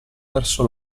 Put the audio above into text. verso